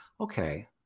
okay